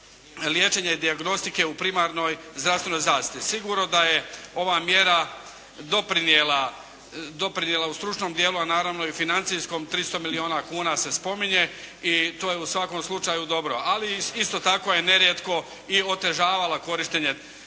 liječenja i dijagnostike u primarnoj zdravstvenoj zaštiti. Sigurno da je ova mjera doprinijela u stručnom dijelu a naravno i u financijskom, 300 milijuna kuna se spominje. I to je u svakom slučaju dobro. Ali isto tako je nerijetko otežavala korištenje